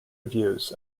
reviews